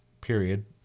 period